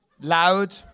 Loud